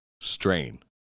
strain